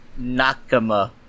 Nakama